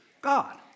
God